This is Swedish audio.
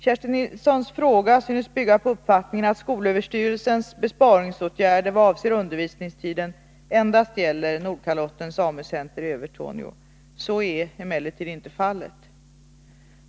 Kerstin Nilssons fråga synes bygga på uppfattningen att skolöverstyrelsens besparingsåtgärder vad avser undervisningstiden endast gäller Nordkalottens AMU-center i Övertorneå. Så är emellertid inte fallet.